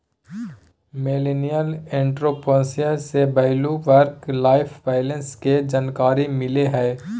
millennial entrepreneurship से value work life balance के जानकारी मिलो हय